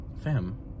fam